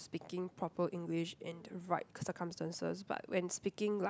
speaking proper English in the right circumstances but when speaking like